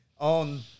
On